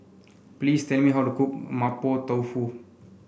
please tell me how to cook Mapo Tofu